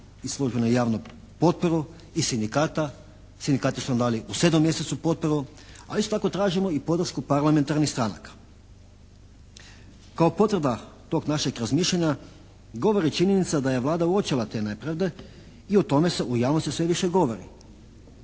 i službeno javnu potporu i sindikata, sindikati su nam dali u 7. mjesecu potporu, a isto tako tražimo i podršku parlamentarnih stranaka. Kao potreba tog našeg razmišljanja govori činjenice da je Vlada uočila te nepravde i o tome se u javnosti sve više govori.